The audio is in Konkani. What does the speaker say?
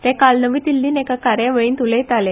ते काल नवी दिल्लींत एका कार्यावळींत उलयताले